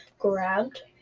Grabbed